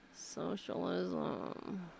Socialism